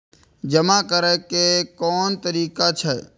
जमा करै के कोन तरीका छै?